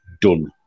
done